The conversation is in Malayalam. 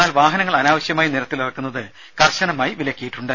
എന്നാൽ വാഹനങ്ങൾ അനാവശ്യമായി നിരത്തിലിറക്കുന്നത് കർശനമായി വിലയിക്കിയിട്ടുണ്ട്